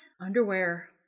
Underwear